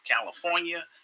California